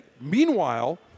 Meanwhile